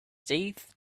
teeth